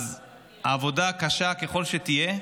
אז העבודה הקשה, ככל שתהיה,